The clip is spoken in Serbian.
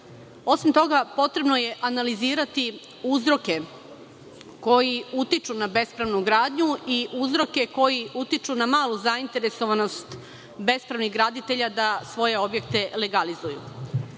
Osim toga, potrebno je analizirati uzroke koji utiču na bespravnu gradnju i uzroke koji utiču na malu zainteresovanost bespravnih graditelja da svoje objekte legalizuju.